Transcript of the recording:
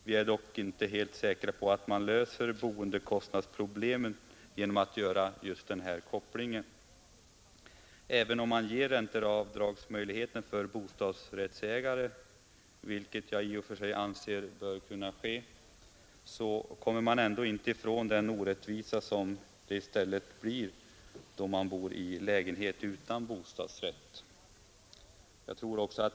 Vi är dock inte helt säkra på att man löser boendekostnadsproblemet genom en sådan koppling. Även om man ger ränteavdragsmöjlighet för bostadsrättsägare, vilket jag i och för sig anser bör ske, kommer vi ändå inte ifrån den orättvisa som då i stället uppkommer gentemot dem som bor i lägenhet utan bostadsrätt.